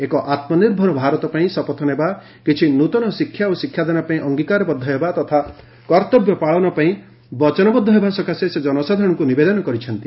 ଏକ ଆତ୍କନିର୍ଭର ଭାରତ ପାଇଁ ଶପଥ ନେବା କିଛି ନୃତନ ଶିକ୍ଷା ଓ ଶିକ୍ଷାଦାନ ପାଇଁ ଅଙ୍ଗୀକାରବଦ୍ଧ ହେବା ତଥା କର୍ତ୍ତବ୍ୟ ପାଳନ ପାଇଁ ବଚନବଦ୍ଧ ହେବା ସକାଶେ ସେ ଜନସାଧାରଣଙ୍କୁ ନିବେଦନ କରିଛନ୍ତି